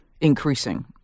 increasing